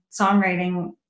songwriting